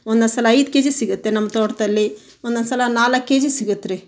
ಒಂದೊಂದು ಸಲ ಐದು ಕೆಜಿ ಸಿಗುತ್ತೆ ನಮ್ಮ ತೋಟದಲ್ಲಿ ಒಂದೊಂದು ಸಲ ನಾಲ್ಕು ಕೆಜಿ ಸಿಗುತ್ತೆ ರೀ